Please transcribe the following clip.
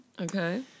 Okay